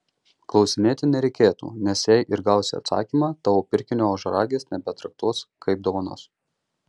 klausinėti nereikėtų nes jei ir gausi atsakymą tavo pirkinio ožiaragis nebetraktuos kaip dovanos